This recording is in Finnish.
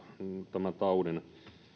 tämän taudin